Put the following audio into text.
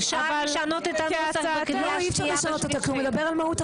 אפשר לשנות את הנוסח בקריאה שנייה ושלישית.